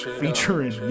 featuring